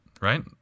right